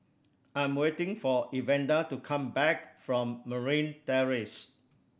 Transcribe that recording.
I am waiting for Evander to come back from Marine Terrace